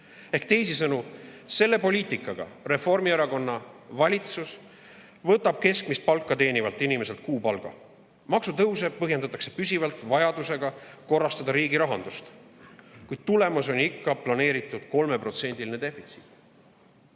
– teisisõnu, selle poliitikaga võtab Reformierakonna valitsus keskmist palka teenivalt inimeselt kuupalga. Maksutõuse põhjendatakse püsivalt vajadusega korrastada riigi rahandust. Kuid tulemus on ikka planeeritud 3%‑line defitsiit.